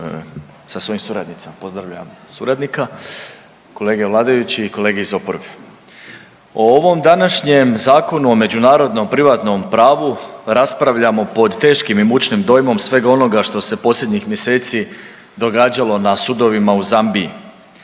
sa svojim suradnicima, pozdravljam suradnika, kolege vladajući i kolege iz oporbe. O ovom današnjem Zakonu o međunarodnom privatnom pravu raspravljamo pod teškim i mučnim dojmom svega onoga što se posljednjih mjeseci događalo na sudovima u Zambiji.